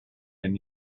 and